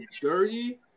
dirty